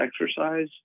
exercise